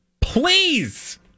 Please